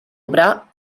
obrar